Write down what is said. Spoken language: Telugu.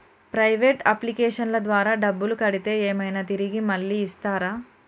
ప్రైవేట్ అప్లికేషన్ల ద్వారా డబ్బులు కడితే ఏమైనా తిరిగి మళ్ళీ ఇస్తరా?